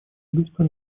убийства